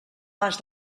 pas